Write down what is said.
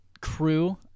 crew